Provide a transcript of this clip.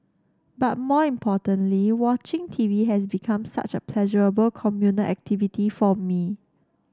but more importantly watching T V has become such a pleasurable communal activity for me